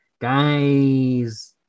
guys